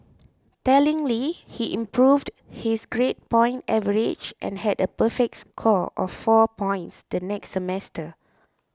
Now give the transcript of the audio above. tellingly he improved his grade point average and had a perfect score of four points the next semester